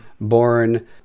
born